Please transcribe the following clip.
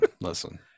listen